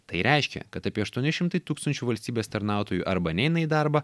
tai reiškia kad apie aštuoni šimtai tūkstančių valstybės tarnautojų arba neina į darbą